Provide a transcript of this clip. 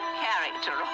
character